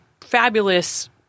fabulous